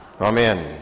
Amen